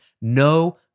No